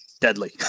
deadly